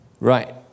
right